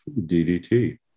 DDT